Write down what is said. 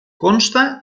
consta